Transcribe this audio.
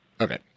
Okay